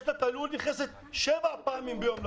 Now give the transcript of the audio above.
יש לה את הלול והיא נכנסת אליו שבע פעמים ביום.